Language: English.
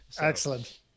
Excellent